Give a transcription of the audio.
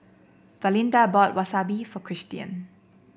Valinda bought Wasabi for Cristian